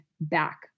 back